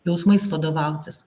jausmais vadovautis